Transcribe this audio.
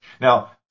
Now